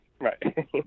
right